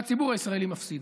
והציבור הישראלי מפסיד.